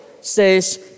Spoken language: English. says